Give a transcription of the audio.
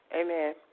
Amen